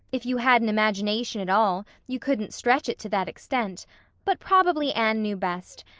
if you had an imagination at all, you couldn't stretch it to that extent but probably anne knew best,